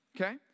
Okay